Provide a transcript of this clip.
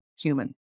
human